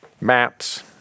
Maps